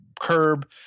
curb